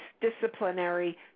disciplinary